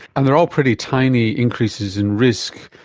and they are all pretty tiny increases in risk,